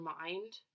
mind